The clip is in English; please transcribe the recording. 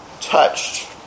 Touched